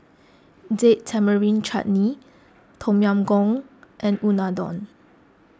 Date Tamarind Chutney Tom Yam Goong and Unadon